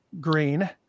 Green